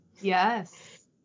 Yes